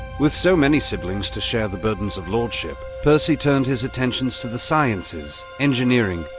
with so many siblings to share the burdens of lordship, percy turned his attentions to the sciences, engineering,